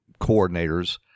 coordinators